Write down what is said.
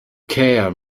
care